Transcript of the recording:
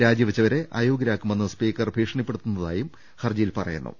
രാജി വെച്ചവരെ അയോഗ്യരാക്കുമെന്ന് സ്പീക്കർ ഭീഷണിപ്പെടുത്തുന്നതായും ഹർജിയിൽ പറയു ന്നു